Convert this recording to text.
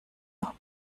noch